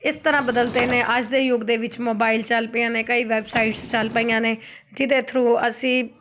ਇਸ ਤਰ੍ਹਾਂ ਬਦਲ ਤੇ ਨੇ ਅੱਜ ਦੇ ਯੁੱਗ ਦੇ ਵਿੱਚ ਮੋਬਾਈਲ ਚੱਲ ਪਏ ਨੇ ਕਈ ਵੈਬਸਾਈਟਸ ਚੱਲ ਪਈਆਂ ਨੇ ਜਿਹਦੇ ਥਰੂ ਅਸੀਂ